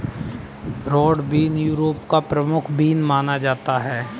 broad bean Europe का प्रमुख bean माना जाता है